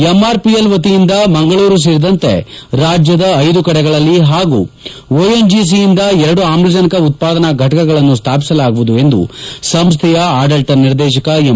MRPL ವತಿಯಿಂದ ಮಂಗಳೂರು ಸೇರಿದಂತೆ ರಾಜ್ಯದ ಐದು ಕಡೆಗಳಲ್ಲಿ ಹಾಗೂ ಒಎನ್ಜಿಸಿಯಿಂದ ಎರಡು ಅಮ್ಜನಕ ಉತ್ಪಾದನಾ ಫಟಕಗಳನ್ನು ಸ್ವಾಪಿಸಲಾಗುವುದು ಎಂದು ಸಂಸ್ಥೆಯ ಆಡಳಿತ ನಿರ್ದೇಶಕ ಎಂ